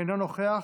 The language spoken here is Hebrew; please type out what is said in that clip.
אינו נוכח,